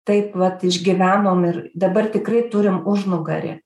taip vat išgyvenom ir dabar tikrai turim užnugarį